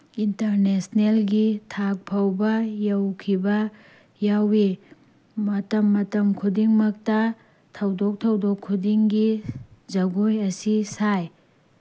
ꯏꯟꯇꯔꯅꯦꯁꯅꯦꯜꯒꯤ ꯊꯥꯛꯐꯥꯎꯕ ꯌꯧꯈꯤꯕ ꯌꯥꯎꯋꯤ ꯃꯇꯝ ꯃꯇꯝ ꯈꯨꯗꯤꯡꯃꯛꯇ ꯊꯧꯗꯣꯛ ꯊꯧꯗꯣꯛ ꯈꯨꯗꯤꯡꯒꯤ ꯖꯒꯣꯏ ꯑꯁꯤ ꯁꯥꯏ